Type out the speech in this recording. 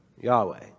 Yahweh